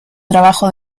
trabajo